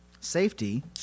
safety